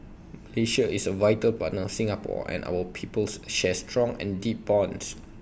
Malaysia is A vital partner of Singapore and our peoples share strong and deep bonds